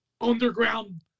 underground